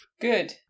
good